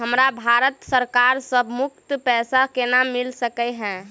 हमरा भारत सरकार सँ मुफ्त पैसा केना मिल सकै है?